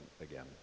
again